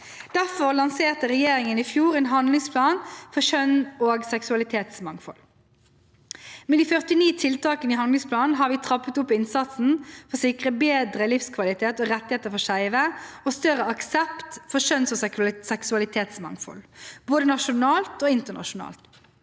Derfor lanserte regjeringen i fjor en handlingsplan for kjønnsog seksualitetsmangfold. Med de 49 tiltakene i handlingsplanen har vi trappet opp innsatsen for å sikre bedre livskvalitet og rettigheter for skeive og større aksept for kjønns- og seksualitetsmangfold, både nasjonalt og internasjonalt.